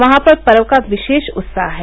वहां पर पर्व का विशेष उत्साह है